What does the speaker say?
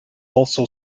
also